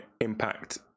impact